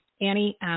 Annie –